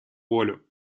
волю